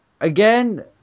Again